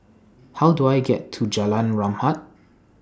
How Do I get to Jalan Rahmat